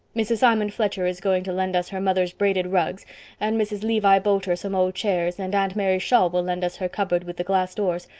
mrs. simon fletcher is going to lend us her mother's braided rugs and mrs. levi boulter some old chairs and aunt mary shaw will lend us her cupboard with the glass doors.